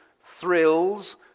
thrills